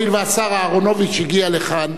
הואיל והשר אהרונוביץ הגיע לכאן,